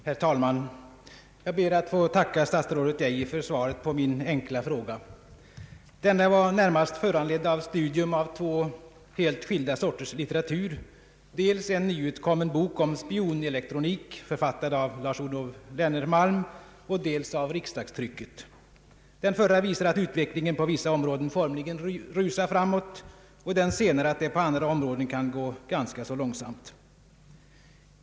Herr talman! Jag ber att få tacka statsrådet Geijer för svaret på min enkla fråga. Den var närmast föranledd av ett studium av två helt skilda sorters litteratur, dels en nyutkommen bok om spionelektronik, författad av Lars-Olof Lennermalm, dels riksdagstrycket. Den förra visar att utvecklingen på vissa områden formligen rusar framåt och den senare att det på andra områden kan gå ganska långsamt.